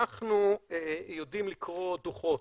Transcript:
אנחנו יודעים לקרוא דוחות,